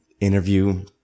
interview